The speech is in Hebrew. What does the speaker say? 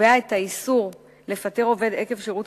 שקובע את האיסור לפטר עובד עקב שירות